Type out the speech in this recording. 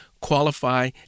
qualify